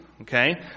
okay